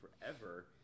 forever